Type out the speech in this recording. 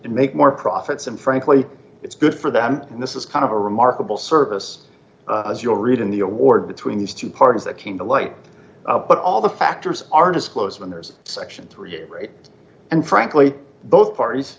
more profits and frankly it's good for them and this is kind of a remarkable service as you'll read in the award between these two parties that came to light but all the factors are disclosed when there's section three a great and frankly both parties